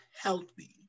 healthy